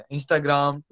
Instagram